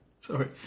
Sorry